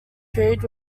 period